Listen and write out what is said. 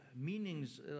meanings